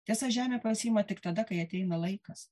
tiesa žemė pasiima tik tada kai ateina laikas